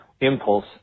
impulse